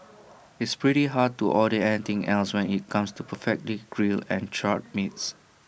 it's pretty hard to order anything else when IT comes to perfectly grilled and charred meats